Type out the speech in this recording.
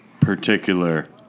particular